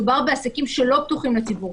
מדובר בעסקים שלא פתוחים לציבור,